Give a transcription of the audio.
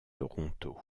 toronto